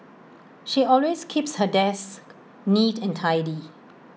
she always keeps her desk neat and tidy